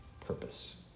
purpose